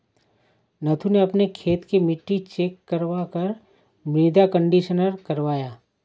नथु ने अपने खेत की मिट्टी चेक करवा कर मृदा कंडीशनर करवाया